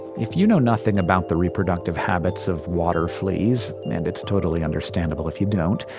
if you know nothing about the reproductive habits of water fleas, and it's totally understandable if you don't,